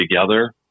together